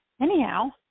anyhow